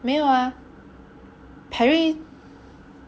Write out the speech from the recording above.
没有 ah Perry